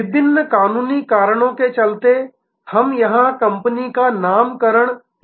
विभिन्न कानूनी कारणों के चलते हम यहां कंपनी का नामकरण नहीं कर रहे हैं